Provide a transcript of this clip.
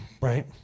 Right